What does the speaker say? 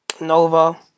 Nova